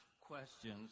questions